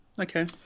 okay